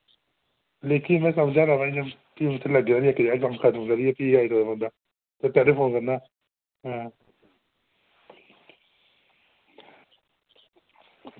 लेकिन में समझा ना इक्क जगह फ्ही बापस आई सकदा बंदा तुसें पैह्लें फोन करना हा